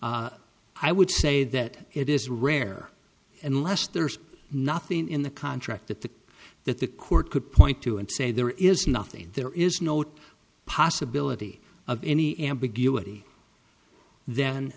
i would say that it is rare unless there's nothing in the contract that the that the court could point to and say there is nothing there is no possibility of any ambiguity then